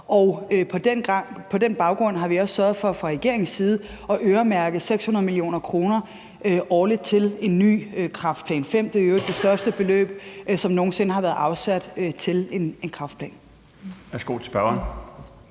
På den baggrund har vi også sørget for fra regeringens side at øremærke 600 mio. kr. årligt til den nye Kræftplan V. Det er i øvrigt det største beløb, som nogen sinde har været afsat til en kræftplan. Kl. 13:06 Den